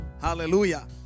Hallelujah